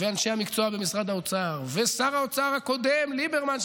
אנשי המקצוע במשרד האוצר ושר האוצר הקודם ליברמן,